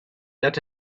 let